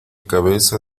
cabeza